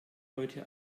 heute